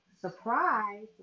surprise